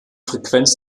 frequenz